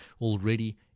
already